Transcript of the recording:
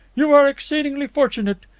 you are exceedingly fortunate.